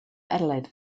adelaide